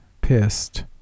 pissed